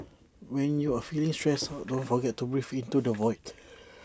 when you are feeling stressed out don't forget to breathe into the void